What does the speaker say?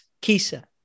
Kisa